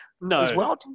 no